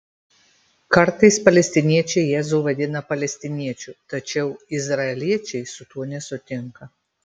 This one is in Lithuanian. kartais palestiniečiai jėzų vadina palestiniečiu tačiau izraeliečiai su tuo nesutinka